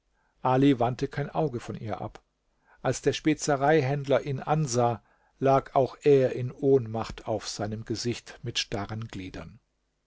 ali wandte kein auge von ihr ab als der spezereihändler ihn ansah lag auch er in ohnmacht auf seinem gesicht mit starren gliedern